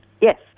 Yes